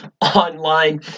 online